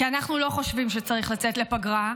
כי אנחנו לא חושבים שצריך לצאת לפגרה,